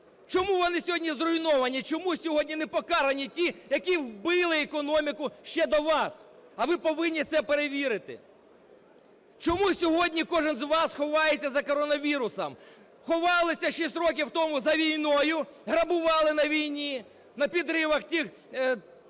Чому вони сьогодні зруйновані, чому сьогодні не покарані ті, які вбили економіки ще до вас? А ви повинні це перевірити. Чому сьогодні кожен з вас ховається за коронавірусом? Ховалися 6 років тому за війною, грабували на війні, на підривах тих